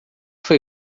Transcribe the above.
foi